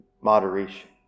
moderation